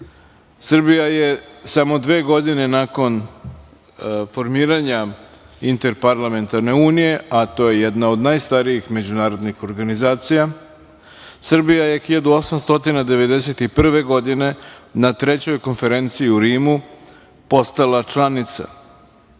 godina. Srbija je samo dve godine nakon formiranja Interparlamentarne unije, a to je jedna od najstarijih međunarodnih organizacija, Srbija je 1891. godine na trećoj Konferenciji u Rimu postala članica.